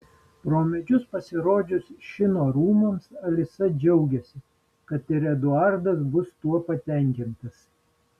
pro medžius pasirodžius šino rūmams alisa džiaugiasi kad ir eduardas bus tuo patenkintas